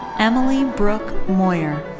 emily brooke moyer.